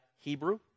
Hebrew